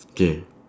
K